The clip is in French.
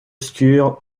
obscure